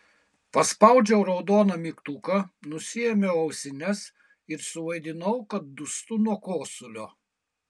paspaudžiau raudoną mygtuką nusiėmiau ausines ir suvaidinau kad dūstu nuo kosulio